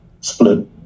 Split